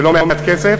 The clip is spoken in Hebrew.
זה לא מעט כסף,